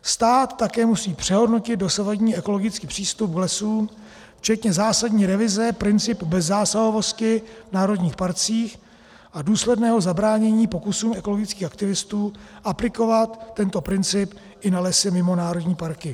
Stát také musí přehodnotit dosavadní ekologický přístup k lesům včetně zásadní revize principu bezzásahovosti v národních parcích a důsledného zabránění pokusům ekologických aktivistů aplikovat tento princip i na lesy mimo národní parky.